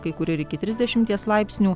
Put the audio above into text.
kai kur ir iki trisdešimties laipsnių